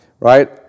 Right